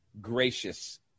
gracious